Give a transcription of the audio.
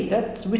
mm